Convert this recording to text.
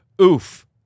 oof